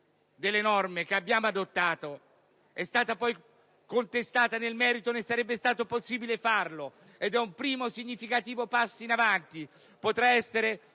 delle norme che abbiamo adottato è stata contestata nel merito, né sarebbe stato possibile farlo. Ed è un primo significativo passo in avanti. Forse potrà essere